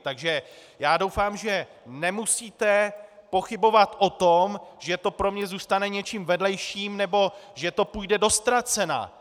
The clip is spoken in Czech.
Takže doufám, že nemusíte pochybovat o tom, že to pro mě zůstane něčím vedlejším nebo že to půjde do ztracena.